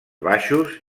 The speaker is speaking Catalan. baixos